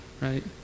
Right